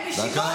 תגיד,